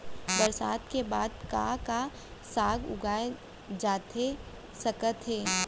बरसात के बाद का का साग उगाए जाथे सकत हे?